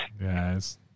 Yes